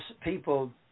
people